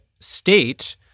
state